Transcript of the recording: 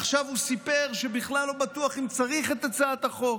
עכשיו הוא סיפר שבכלל הוא לא בטוח אם צריך את הצעת החוק.